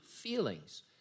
feelings